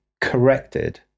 corrected